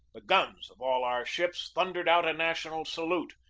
the guns of all our ships thundered out a national salute,